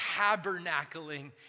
tabernacling